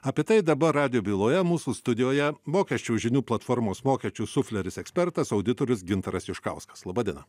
apie tai dabar radijo byloje mūsų studijoje mokesčių žinių platformos mokesčių sufleris ekspertas auditorius gintaras juškauskas laba diena